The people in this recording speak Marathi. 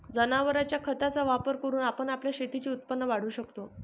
जनावरांच्या खताचा वापर करून आपण आपल्या शेतीचे उत्पन्न वाढवू शकतो